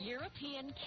European